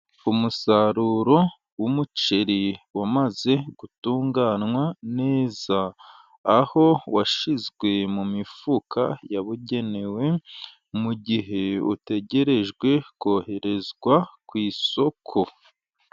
Umusaruro w'umuceri wamaze gutunganywa neza, aho washyizwe mu mifuka yabugenewe, mu gihe utegerejwe koherezwa ku isoko.